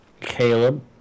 Caleb